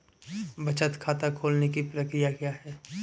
बचत खाता खोलने की प्रक्रिया क्या है?